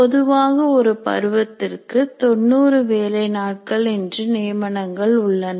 பொதுவாக ஒரு பருவத்திற்கு 90 வேலைநாட்கள் என்ற நியமனங்கள் உள்ளது